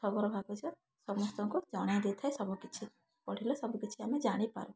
ଖବରକାଗଜ ସମସ୍ତଙ୍କୁ ଜଣାଇ ଦେଇଥାଏ ସବୁ କିଛି ପଢ଼ିଲେ ସବୁ କିଛି ଆମେ ଜାଣିପାରୁ